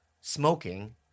smoking